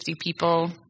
people